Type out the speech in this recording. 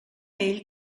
ell